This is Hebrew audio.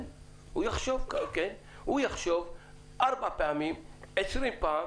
הוא יחשוב ארבע פעמים, עשרים פעם,